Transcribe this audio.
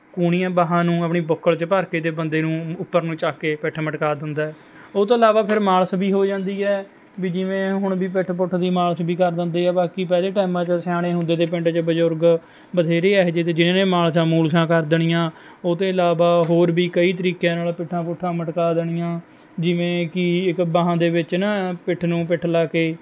ਕੂਣੀਆਂ ਬਾਹਾਂ ਨੂੰ ਆਪਣੀ ਬੁੱਕਲ 'ਚ ਭਰ ਕੇ ਅਤੇ ਬੰਦੇ ਨੂੰ ਉੱਪਰ ਨੂੰ ਚੱਕ ਕੇ ਪਿੱਠ ਮਟਕਾ ਦਿੰਦਾ ਹੈ ਉਹ ਤੋਂ ਇਲਾਵਾ ਫਿਰ ਮਾਲਸ਼ ਵੀ ਹੋ ਜਾਂਦੀ ਹੈ ਵੀ ਜਿਵੇਂ ਹੁਣ ਵੀ ਪਿੱਠ ਪੁੱਠ ਦੀ ਮਾਲਿਸ਼ ਵੀ ਕਰ ਦਿੰਦੇ ਹੈ ਬਾਕੀ ਪਹਿਲੇ ਟਾਇਮਾਂ 'ਚ ਸਿਆਣੇ ਹੁੰਦੇ ਤੇ ਪਿੰਡ 'ਚ ਬਜ਼ੁਰਗ ਬਥੇਰੇ ਇਹੋ ਜਿਹੇ ਤੇ ਜਿਨ੍ਹਾਂ ਨੇ ਮਾਲਿਸ਼ਾਂ ਮੂਲਸ਼ਾਂ ਕਰ ਦੇਣੀਆਂ ਉਹ ਤੋਂ ਇਲਾਵਾ ਹੋਰ ਵੀ ਕਈ ਤਰੀਕਿਆਂ ਨਾਲ ਪਿੱਠਾਂ ਪੂਠਾਂ ਮਟਕਾ ਦੇਣੀਆਂ ਜਿਵੇਂ ਕਿ ਇੱਕ ਬਾਹਾਂ ਦੇ ਵਿੱਚ ਨਾ ਪਿੱਠ ਨੂੰ ਪਿੱਠ ਲਗਾ ਕੇ